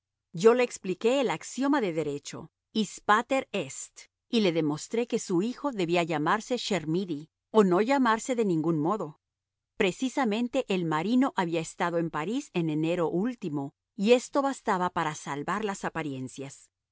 yo le expliqué el axioma de derecho is pater est y le demostré que su hijo debía llamarse chermidy o no llamarse de ningún modo precisamente el marino había estado en parís en enero último y esto bastaba para salvar las apariencias